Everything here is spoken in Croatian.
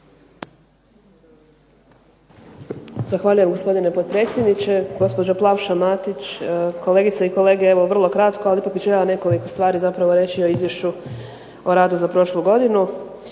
Zahvaljujem gospodine potpredsjedniče, gospođo Plavša Matić, kolegice i kolege. Evo vrlo kratko, ali ipak bi željela nekoliko stvari zapravo reći o Izvješću o radu za prošlu godinu.